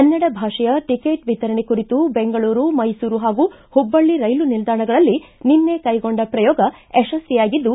ಕನ್ನಡ ಭಾಷೆಯ ಟಿಕೇಟ್ ವಿತರಣೆ ಕುರಿತು ಬೆಂಗಳೂರು ಮೈಸೂರು ಹಾಗೂ ಪುಬ್ಲಳ್ಳ ರೈಲು ನಿಲ್ದಾಣಗಳಲ್ಲಿ ನಿನ್ನೆ ಕೈಗೊಂಡ ಪ್ರಯೋಗ ಯಶಸ್ವಿಯಾಗಿದ್ದು